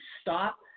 stop